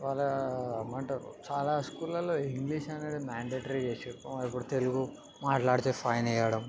వాళ్ళ ఏమి అంటారు చాలా స్కూళ్ళలో ఇంగ్లీష్ అనేది మ్యాండేటరీ చేసారు ఇప్పుడు తెలుగు మాట్లాడితే ఫైన్ వేయడం